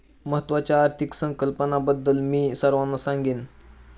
महत्त्वाच्या आर्थिक संकल्पनांबद्दल मी सर्वांना सांगेन